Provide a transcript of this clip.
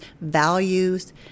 values